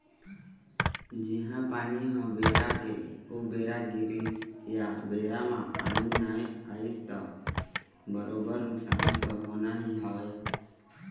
जिहाँ पानी ह बेरा के उबेरा गिरिस या बेरा म पानी नइ आइस त बरोबर नुकसान तो होना ही हवय